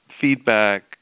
feedback